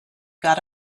got